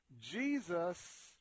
Jesus